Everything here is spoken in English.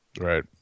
Right